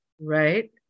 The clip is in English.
Right